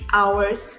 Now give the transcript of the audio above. hours